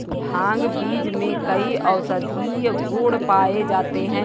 भांग बीज में कई औषधीय गुण पाए जाते हैं